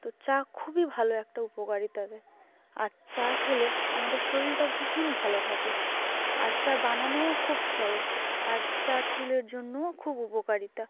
তো চা খুবই ভালো একটা উপকারী তাদের আর চা খেলে আমাদের শরীরটা ভীষণ ভালো থাকে আর চা বানানোও খুব সহজ আর চা চুলের জন্যও খুব উপকারিতা